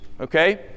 okay